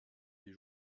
des